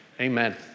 Amen